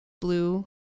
blue